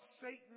Satan